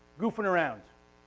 goofing around.